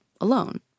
alone